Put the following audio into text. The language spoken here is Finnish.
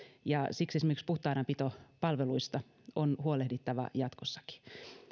ja siksi esimerkiksi puhtaanapitopalveluista on huolehdittava jatkossakin